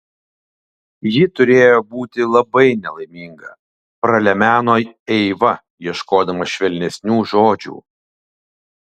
ji turėjo būti labai nelaiminga pralemeno eiva ieškodama švelnesnių žodžių